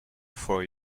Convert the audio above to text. for